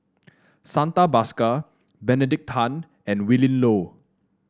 Santha Bhaskar Benedict Tan and Willin Low